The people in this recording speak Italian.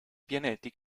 pianeti